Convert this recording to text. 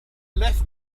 left